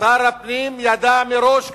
שר הפנים ידע מראש,